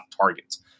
targets